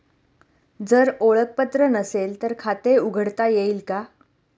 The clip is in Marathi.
जर ओळखपत्र नसेल तर खाते उघडता येईल का?